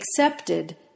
accepted